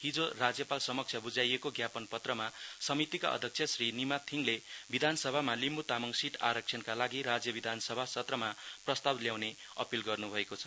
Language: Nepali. हिजो राज्यपाल समक्ष बुझाइएको ज्ञापनपत्रमा समितिका अध्यक्ष श्री नीमा थिङले विधानसाभामा लिम्बू तामाइ सीट आरक्षणका लागि राज्य विधान सभा सत्तमा प्रस्ताउ ल्याउने अपील गर्नुभएको छ